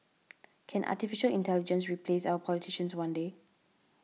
can Artificial Intelligence replace our politicians one day